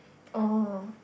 orh